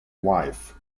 wife